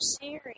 series